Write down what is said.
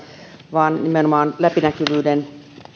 vaan nimenomaan läpinäkyvyyden